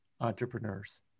entrepreneurs